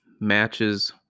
matches